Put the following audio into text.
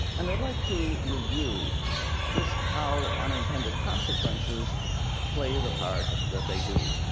and i'd like to review just how unintended consequences play the part that they do.